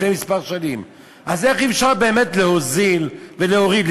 אז איך אפשר באמת להוזיל ולהוריד?